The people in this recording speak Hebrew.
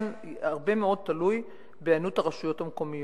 כאן הרבה מאוד תלוי בהיענות הרשויות המקומיות,